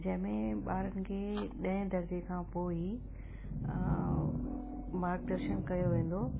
जंहिं में ॿारनि खे ॾहें दर्जे खां पोइ ई मार्गदर्शन कयो वेंदो